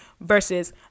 versus